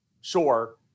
Sure